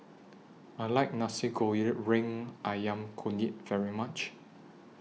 I like Nasi Ayam Kunyit very much